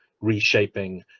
reshaping